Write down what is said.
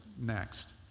next